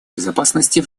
безопасности